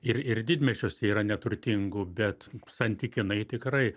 ir ir didmiesčiuose yra neturtingų bet santykinai tikrai